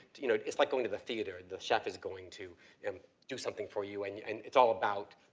you know, it's like going to the theater. the chef is going to and do something for you and, yeah and it's all about,